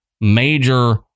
major